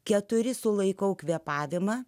keturi sulaikau kvėpavimą